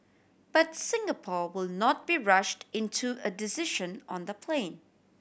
but Singapore will not be rushed into a decision on the plane